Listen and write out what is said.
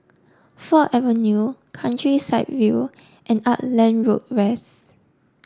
Ford Avenue Countryside View and Auckland Road West